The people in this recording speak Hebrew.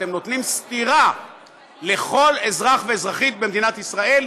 אתם נותנים סטירה לכל אזרח ואזרחית במדינת ישראל,